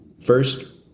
first